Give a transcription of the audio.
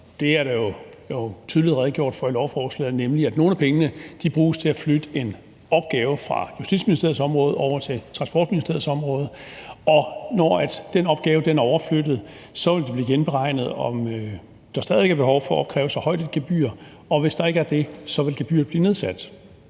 Det er der jo tydeligt redegjort for i lovforslaget, nemlig at nogle af pengene bruges til at flytte en opgave fra Justitsministeriets område over til Transportministeriets område, og når den opgave er overflyttet, vil det blive genberegnet, om der stadig væk er behov for at opkræve så højt et gebyr, og hvis der ikke er det, vil gebyret blive nedsat.